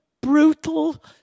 brutal